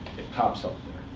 it pops up